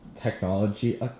technology